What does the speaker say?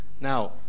Now